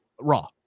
Raw